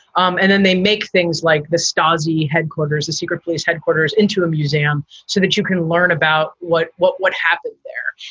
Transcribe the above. um and then they make things like the stasi headquarters, the secret police headquarters, into a museum so that you can learn about what what happened there.